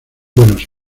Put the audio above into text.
buenos